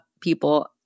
people